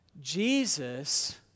Jesus